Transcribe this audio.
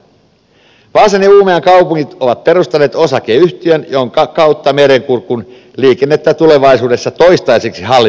vaasan ja uumajan kaupungit ovat perustaneet osakeyhtiön jonka kautta merenkurkun liikennettä tulevaisuudessa toistaiseksi hallinnoidaan